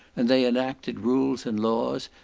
and they enacted rules and laws,